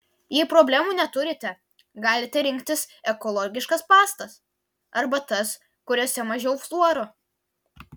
jei problemų neturite galite rinktis ekologiškas pastas arba tas kuriose mažiau fluoro